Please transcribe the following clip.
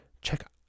check